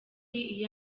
iyo